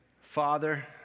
Father